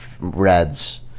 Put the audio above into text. Reds